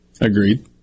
Agreed